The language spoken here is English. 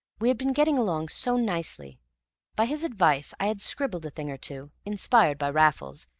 we had been getting along so nicely by his advice i had scribbled a thing or two inspired by raffles,